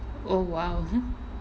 oh !wow!